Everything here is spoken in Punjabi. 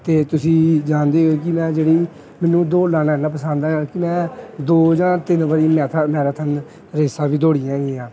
ਅਤੇ ਤੁਸੀਂ ਜਾਣਦੇ ਹੀ ਹੋ ਕਿ ਮੈਂ ਜਿਹੜੀ ਮੈਨੂੰ ਦੌੜ ਲਾਉਣਾ ਇੰਨਾਂ ਪਸੰਦ ਹੈਗਾ ਕਿ ਮੈਂ ਦੋ ਜਾਂ ਤਿੰਨ ਵਾਰੀ ਮੈਰਾਥਨ ਮੈਰਾਥਨ ਰੇਸਾਂ ਵੀ ਦੌੜੀਆਂ ਹੈਗੀਆਂ